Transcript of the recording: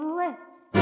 lips